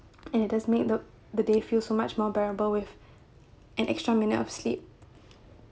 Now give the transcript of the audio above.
and it does made the the day feel so much more bearable with an extra minute of sleep